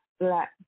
black